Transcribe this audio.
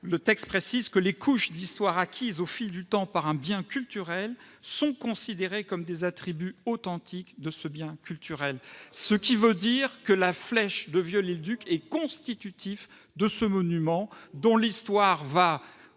relire une phrase :« Les couches d'histoire acquises au fil du temps par un bien culturel sont considérées comme des attributs authentiques de ce bien culturel. » Cela veut dire que la flèche de Viollet-le-Duc est constitutive de ce monument dont l'histoire va